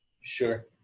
Sure